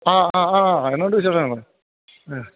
ആ ആ ആ എന്നാ ഉണ്ട് വിശേഷങ്ങൾ